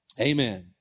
Amen